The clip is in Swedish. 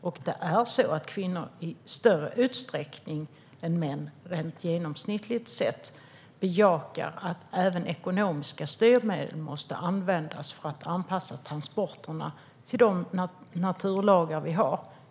Och det är så att kvinnor i större utsträckning än män, genomsnittligt sett, bejakar att även ekonomiska styrmedel används för att anpassa transporterna till de naturlagar vi har.